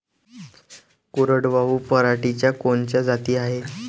कोरडवाहू पराटीच्या कोनच्या जाती हाये?